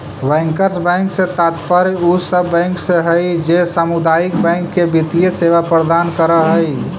bankers bank से तात्पर्य उ सब बैंक से हइ जे सामुदायिक बैंक के वित्तीय सेवा प्रदान करऽ हइ